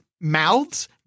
mouths